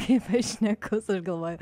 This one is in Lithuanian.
kaip aš šneku ir galvoju